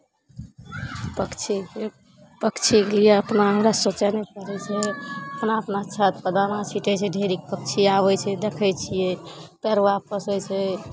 पक्षीके पक्षीके लिए अपना हमरा सोचय नहि पड़ै छै अपना अपना छतपर दाना छीँटै छै ढेरीक पक्षी आबै छै देखै छियै फेर वापस होइ छै